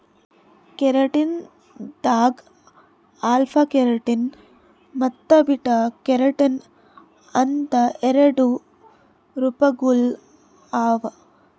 keratin ದಾಗ್ alpha keratin ಮತ್ತ್ beta keratin ಅಂತ್ ಎರಡು ರೂಪಗೊಳ್ ಅವಾ